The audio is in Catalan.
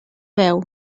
veu